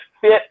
fit